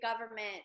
government